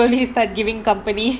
slowly start giving company